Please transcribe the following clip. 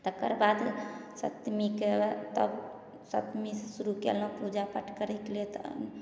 तकर बाद सतमीमे के तब सतमीसे शुरू कएलहुँ पूजा पाठ करैके लिए